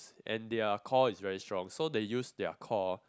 and their core is very strong so they use their core